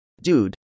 Dude